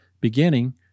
beginning